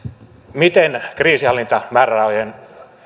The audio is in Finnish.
miten kriisinhallintamäärärahojen